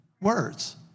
words